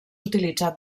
utilitzat